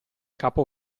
capo